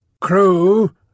Crew